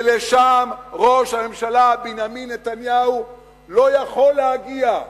ולשם ראש הממשלה בנימין נתניהו לא יכול להגיע,